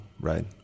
right